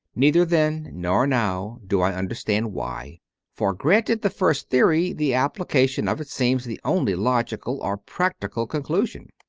neither then nor now do i understand why for, granted the first theory, the application of it seems the only logical or practical conclusion.